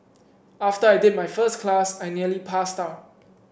after I did my first class I nearly passed out